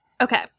Okay